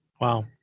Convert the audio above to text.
wow